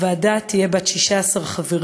הוועדה תהיה בת 16 חברים,